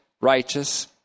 righteous